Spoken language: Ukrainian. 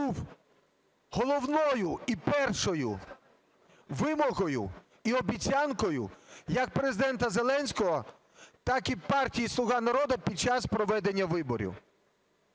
був головною і першою вимогою і обіцянкою як Президента Зеленського, так і партії "Слуга народу" під час проведення виборів.